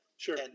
Sure